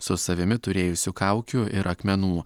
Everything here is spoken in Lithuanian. su savimi turėjusių kaukių ir akmenų